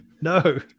no